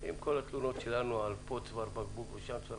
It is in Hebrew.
כל התלונות שלנו על צוואר בקבוק פה ושם.